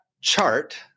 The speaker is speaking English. chart